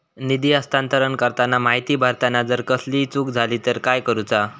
निधी हस्तांतरण करताना माहिती भरताना जर कसलीय चूक जाली तर काय करूचा?